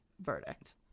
verdict